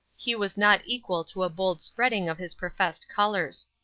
he was not equal to a bold spreading of his professed colors.